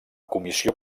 comissió